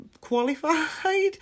qualified